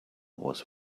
was